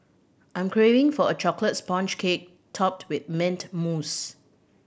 I'm craving for a chocolate sponge cake topped with mint mousse